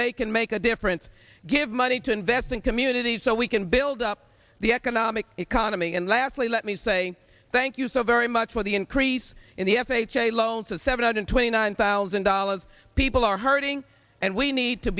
they can make a difference give money to invest in communities so we can build up the economic economy and lastly let me say thank you so very much for the increase in the f h a loans of seven hundred twenty nine thousand dollars people are hurting and we need to